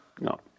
no